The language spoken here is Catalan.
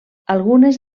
algunes